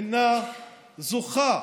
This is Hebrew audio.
אינה זוכה